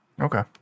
Okay